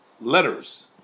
letters